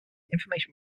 information